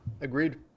agreed